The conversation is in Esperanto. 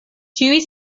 ĉiuj